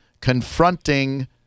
confronting